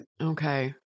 Okay